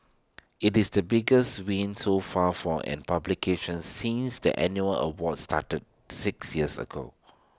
IT is the biggest win so far for an publication since the annual awards started six years ago